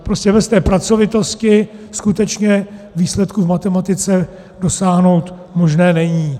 Prostě bez té pracovitosti skutečně výsledků v matematice dosáhnout možné není.